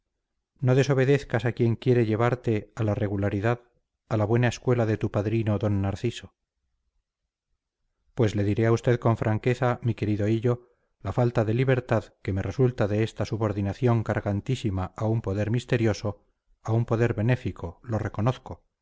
no desobedezcas a quien quiere llevarte a la regularidad a la buena escuela de tu padrino d narciso pues le diré a usted con franqueza mi querido hillo la falta de libertad que me resulta de esta subordinación cargantísima a un poder misterioso a un poder benéfico lo reconozco